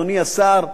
אדוני השר,